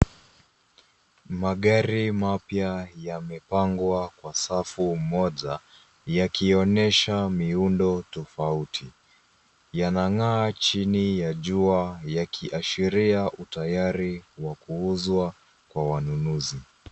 Magari mapya yamepangwa kwa safu moja, yakionesha miundo tofauti. Yanang'aa chini ya jua, yakiashiria utayari wa kuuzwa kwa wanunuzi.